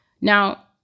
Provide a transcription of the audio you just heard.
Now